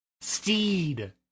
Steed